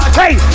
hey